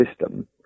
system